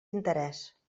interès